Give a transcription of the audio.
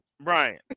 Brian